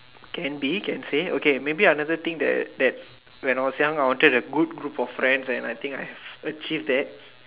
can be can say okay maybe another thing that that when I was young I wanted good group of friends and I think I have achieved that